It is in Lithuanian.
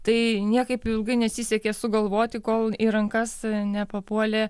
tai niekaip ilgai nesisekė sugalvoti kol į rankas nepapuolė